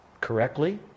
correctly